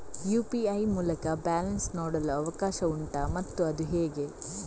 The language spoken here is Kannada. ಯು.ಪಿ.ಐ ಮೂಲಕ ಬ್ಯಾಲೆನ್ಸ್ ನೋಡಲು ಅವಕಾಶ ಉಂಟಾ ಮತ್ತು ಅದು ಹೇಗೆ?